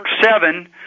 Seven